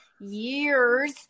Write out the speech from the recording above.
years